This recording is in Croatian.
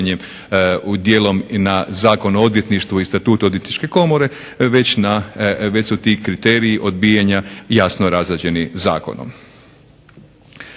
u dijelom na Zakon o odvjetništvu i statu odvjetničke komore, već su ti kriteriji odbijanja jasno razrađeni zakonom.